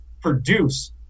produce